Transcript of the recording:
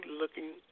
looking